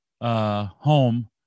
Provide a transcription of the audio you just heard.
Home